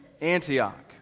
Antioch